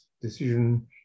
decision